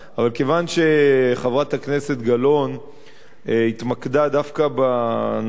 אבל כיוון שחברת הכנסת גלאון התמקדה דווקא בנושאים